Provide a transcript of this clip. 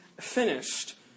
finished